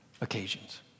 occasions